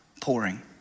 pouring